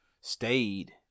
stayed